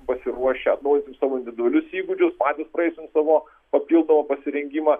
pasiruošę atnaujinsim savo individualius įgūdžius patys praeisim savo papildomą pasirengimą